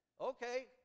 okay